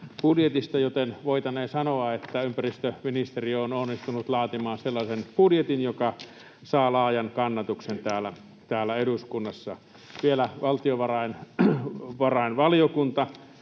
joten voitaneen sanoa, että ympäristöministeriö on onnistunut laatimaan sellaisen budjetin, joka saa laajan kannatuksen täällä eduskunnassa. Vielä valtiovarainvaliokunta